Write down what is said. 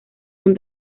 son